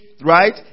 right